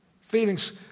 feelings